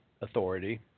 authority